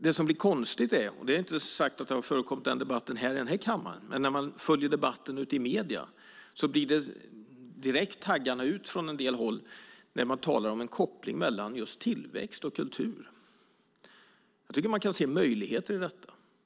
Det som blir konstigt, och det är inte sagt att det har förekommit i debatten i den här kammaren, är att i debatten i medierna blir det direkt taggarna ut på en del håll när man talar om en koppling mellan just tillväxt och kultur. Jag tycker att man kan se möjligheter i detta.